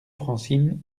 francine